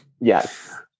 Yes